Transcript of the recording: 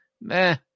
meh